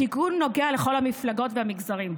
התיקון נוגע לכל המפלגות והמגזרים.